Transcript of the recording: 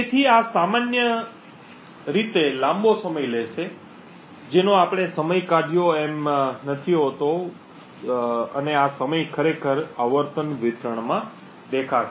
તેથી આ સામાન્ય રીતે લાંબો સમય લેશે જેનો આપણે સમય કાઢ્યો એમ નથી હોતો છે અને આ સમય ખરેખર આવર્તન વિતરણમાં દેખાશે